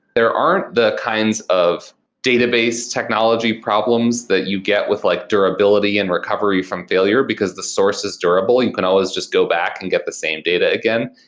there aren't the kinds of database technology problems that you get with like durability and recovery from failure. because the source is durable, you can always just go back and get the same data again.